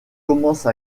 commence